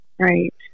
Right